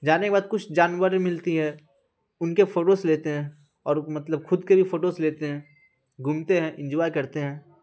جانے کے بعد کچھ جانور ملتے ہیں ان کے فوٹوس لیتے ہیں اور مطلب خود کے بھی فوٹوس لیتے ہیں گھومتے ہیں انجوائے کرتے ہیں